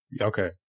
okay